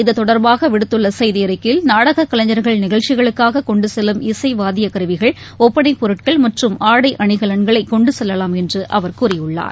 இது தொடர்பாகவிடுத்துள்ளசெய்திஅறிக்கையில் நாடகக் கலைஞர்கள் நிகழ்ச்சிகளுக்காககொண்டுசெல்லும் இசைவாத்தியக் கருவிகள் கூப்பனைப் பொருட்கள் மற்றும் ஆடை அணிகலன்களைகொண்டுசெல்லாம் என்றுஅவர் கூறியுள்ளார்